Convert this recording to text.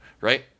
Right